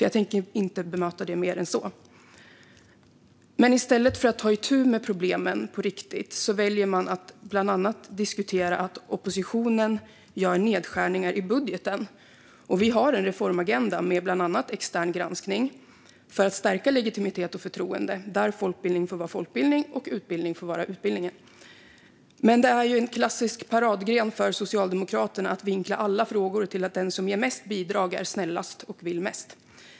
Jag tänker inte bemöta det mer än så. I stället för att ta itu med problemen på riktigt väljer man att bland annat diskutera att oppositionen gör nedskärningar i budgeten. Vi har en reformagenda med bland annat extern granskning för att stärka legitimitet och förtroende där folkbildning får vara folkbildning och utbildning får vara utbildning. Det är en klassisk paradgren för Socialdemokraterna att vinkla alla frågor till att handla om att den som ger mest bidrag är snällast och vill mest.